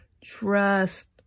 Trust